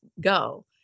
go